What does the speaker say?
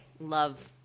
love